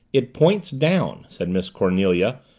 it points down, said miss cornelia,